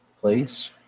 place